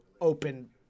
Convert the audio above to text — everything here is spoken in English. open